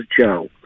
Joe